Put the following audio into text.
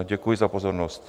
Děkuji za pozornost.